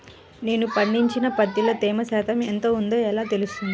నేను పండించిన పత్తిలో తేమ శాతం ఎంత ఉందో ఎలా తెలుస్తుంది?